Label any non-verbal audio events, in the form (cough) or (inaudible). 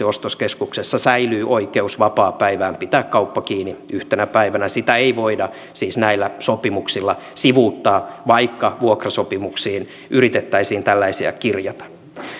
(unintelligible) ostoskeskuksessa säilyy oikeus vapaapäivään pitää kauppa kiinni yhtenä päivänä sitä ei voida siis näillä sopimuksilla sivuuttaa vaikka vuokrasopimuksiin yritettäisiin tällaisia kirjata